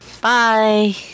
Bye